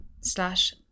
slash